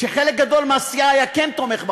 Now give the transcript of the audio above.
כשחלק גדול מהסיעה היה כן תומך בחוק,